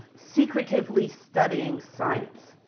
secretively studying science.